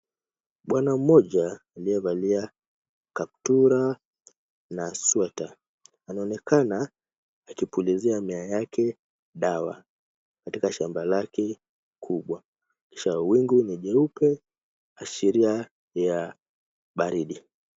Bwana mmoja aliyevalia kaptura na sweta anaonekana akipulizia mimea yake dawa katika shamba lake kubwa kisha wingu ni nyeupe ashiria ya baridi.